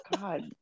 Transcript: God